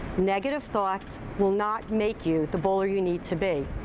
negative thoughts will not make you the bowler you need to be.